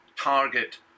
target